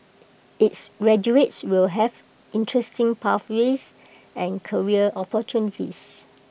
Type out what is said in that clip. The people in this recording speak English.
its graduates will have interesting pathways and career opportunities